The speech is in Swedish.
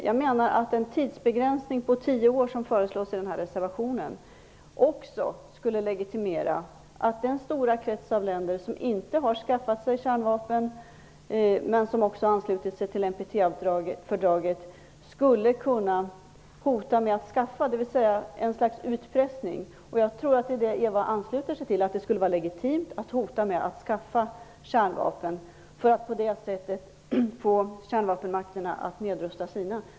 Jag menar att en tidsbegränsning om tio år, som föreslås i reservation 3, också skulle legitimera att den stora krets av länder som inte har skaffat sig kärnvapen men som anslutit sig till NPT skulle kunna hota med anskaffning. Det skulle alltså kunna bli ett slags utpressning. Jag tror att Eva Zetterberg ansluter sig till att det skulle vara legitimt att hota med att skaffa kärnvapen för att på det sättet få kärnvapenmakterna att nedrusta sina.